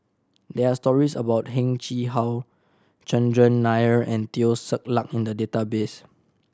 there are stories about Heng Chee How Chandran Nair and Teo Ser Luck in the database